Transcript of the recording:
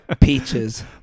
Peaches